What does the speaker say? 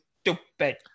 stupid